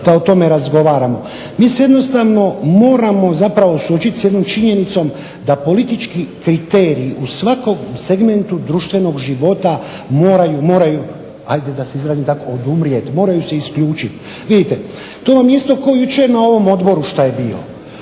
da o tome razgovaramo. MI se jednostavno moramo zapravo suočiti s jednom činjenicom da politički kriteriji u svakom segmentu života moraju odumrijeti, moraju se isključiti. Vidite to vam je isto kao na ovom Odboru što je